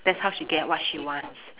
that's how she get what she wants